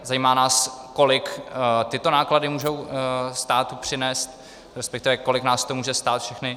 Zajímá nás, kolik tyto náklady můžou státu přinést, respektive kolik nás to může stát všechny.